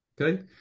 Okay